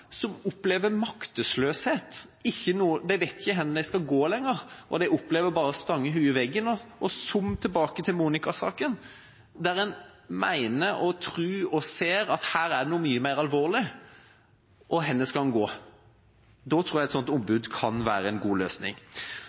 som opplever maktesløshet, de vet ikke hvor de skal gå lenger, og de opplever bare å stange hodet i veggen, som i Monika-saken, der en mener og tror og ser at her er det noe mye mer alvorlig: Hvor skal en gå? Da tror jeg et sånt ombud kan være en god løsning.